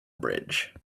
bridge